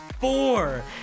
four